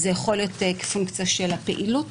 זה יכול להיות כפונקציה של הפעילות,